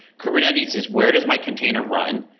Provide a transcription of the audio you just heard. kubernetes is, where does my container run?